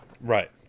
Right